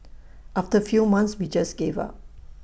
after few months we just gave up